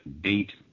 date